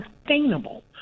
sustainable